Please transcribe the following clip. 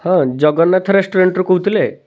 ହଁ ଜଗନ୍ନାଥ ରେଷ୍ଟୁରାଣ୍ଟରୁ କହୁଥିଲେ